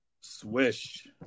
Swish